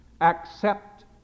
accept